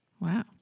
Wow